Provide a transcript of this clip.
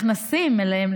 שנכנסים אליהם,